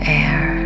air